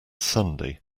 sunday